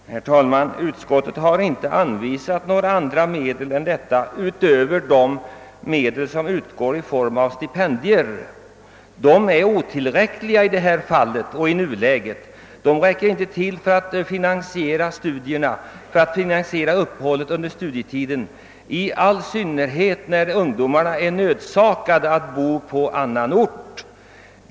Herr talman! Utskottet har inte anvisat några andra lånevägar utöver detta studielån, som är otillräckligt i nuläget. Det räcker inte till för att finansiera studierna och uppehället under studietiden, i all synnerhet när ungdomarna är nödsakade att bo på annan ort.